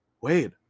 Wait